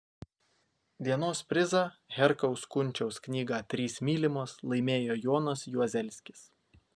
dienos prizą herkaus kunčiaus knygą trys mylimos laimėjo jonas juozelskis